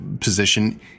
position